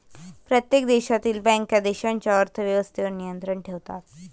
प्रत्येक देशातील बँका देशाच्या अर्थ व्यवस्थेवर नियंत्रण ठेवतात